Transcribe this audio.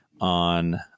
on